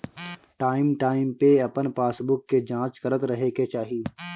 time time पे अपन passbook के जाँच करत रहे के चाही